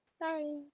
Bye